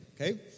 Okay